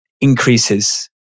increases